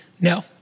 No